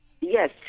Yes